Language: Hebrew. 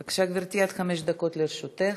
בבקשה, גברתי, עד חמש דקות לרשותך.